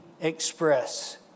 Express